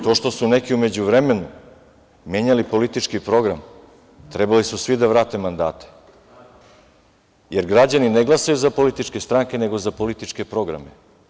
To što su neki u međuvremenu menjali politički program, trebali su svi da vrate mandate, jer građani ne glasaju za političke stranke, nego za političke programe.